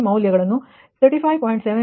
6 degree ಮತ್ತು 67